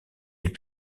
peut